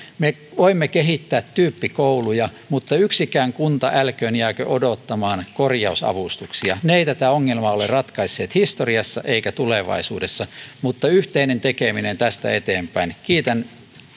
me voimme kehittää tyyppikouluja mutta yksikään kunta älköön jääkö odottamaan korjausavustuksia ne eivät tätä ongelmaa ole ratkaisseet historiassa eivätkä ratkaise tulevaisuudessa vaan yhteinen tekeminen tästä eteenpäin kiitän